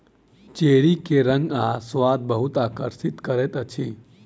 cherry के रंग आ स्वाद बहुत आकर्षित करैत अछि